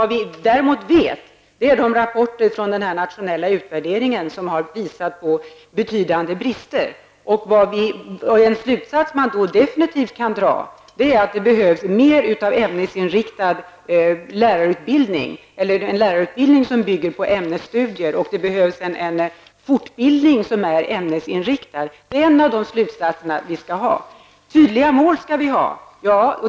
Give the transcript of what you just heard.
Däremot vet vi att rapporter från den nationella utvärderingen har visat på betydande brister. En slutsats som man definitivt kan dra är att det behövs mera av en lärarutbildning som bygger på ämnesstudier. Det behövs en fortbildning som är ämnesinriktad. Tydliga mål skall vi ha.